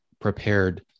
prepared